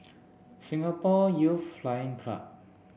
Singapore Youth Flying Club